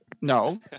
no